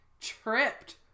tripped